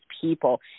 people